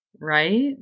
right